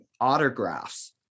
autographs